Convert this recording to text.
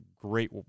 great